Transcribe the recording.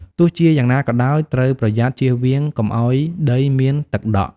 ទោះជាយ៉ាងណាក៏ដោយ ត្រូវប្រយ័ត្នចៀសវាងកុំឱ្យដីមានទឹកដក់។